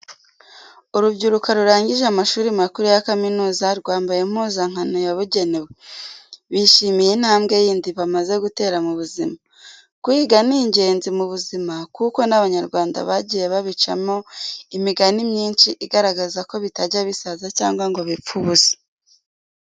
Urubyiruko rurangije amashuri makuru ya kaminuza rwambaye impuzankano yabugenewe, bishimiye intambwe yindi bamaze gutera mu buzima. Kwiga ni ingenzi mu buzima kuko n'Abanyarwanda bagiye babicamo imigani myinshi igaragaza ko bitajya bisaza cyangwa ngo bipfe ubusa.